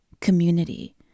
community